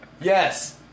Yes